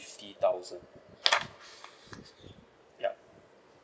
fifty thousand yup